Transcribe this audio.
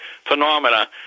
phenomena